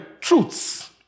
truths